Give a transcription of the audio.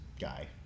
guy